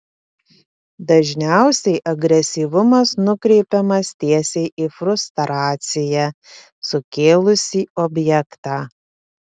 dažniausiai agresyvumas nukreipiamas tiesiai į frustraciją sukėlusį objektą